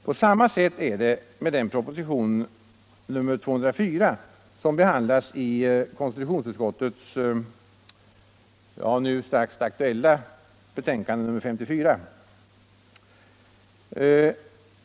På samma sätt är det med propositionen 204, som behandlas i konstitutionsutskottets strax aktuella betänkande nr 54.